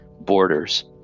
borders